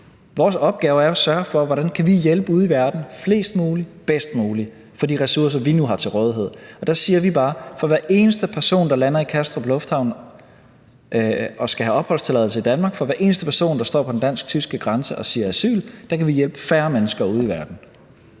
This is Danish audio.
Vores opgave er at sørge for: Hvordan kan vi hjælpe fleste mulige bedst muligt ude i verden for de ressourcer, vi nu har til rådighed? Og der siger vi bare: For hver eneste person, der lander i Kastrup lufthavn og skal have opholdstilladelse i Danmark, for hver eneste person, der står på den dansk-tyske grænse og siger asyl, kan vi hjælpe færre mennesker ude i verden.